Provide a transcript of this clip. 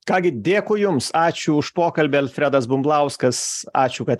ką gi dėkui jums ačiū už pokalbį alfredas bumblauskas ačiū kad